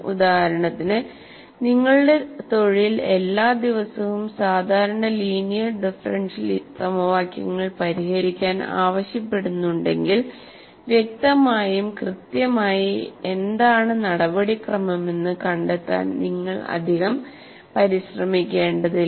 ഉദാഹരണത്തിന് നിങ്ങളുടെ തൊഴിൽ എല്ലാ ദിവസവും സാധാരണ ലീനിയർ ഡിഫറൻഷ്യൽ സമവാക്യങ്ങൾ പരിഹരിക്കാൻ ആവശ്യപ്പെടുന്നുണ്ടെങ്കിൽ വ്യക്തമായും കൃത്യമായി എന്താണ് നടപടിക്രമമെന്ന് കണ്ടെത്താൻ നിങ്ങൾ അധികം പരിശ്രമിക്കേണ്ടതില്ല